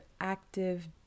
active